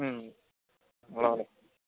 ल ल